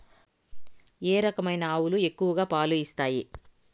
ఏ రకమైన ఆవులు ఎక్కువగా పాలు ఇస్తాయి?